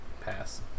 pass